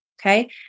okay